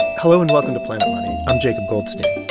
hello and welcome to planet money. i'm jacob goldstein.